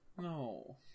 No